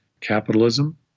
capitalism